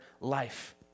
life